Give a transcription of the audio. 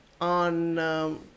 on